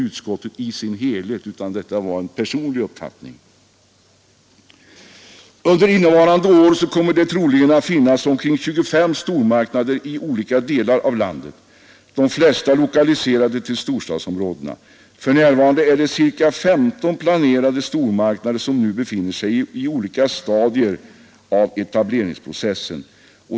Under innevarande år kommer det troligen att finnas omkring 25 stormarknader i olika delar av landet — de flesta lokaliserade till storstadsområden. För närvarande befinner sig ca 15 planerade stormarknader i olika stadier i etableringsprocessen.